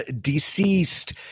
Deceased